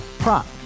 Prop